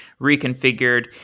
reconfigured